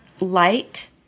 light